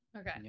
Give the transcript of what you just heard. Okay